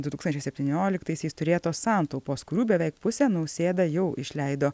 du tūkstančiai septynioliktaisiais turėtos santaupos kurių beveik pusę nausėda jau išleido